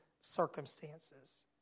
circumstances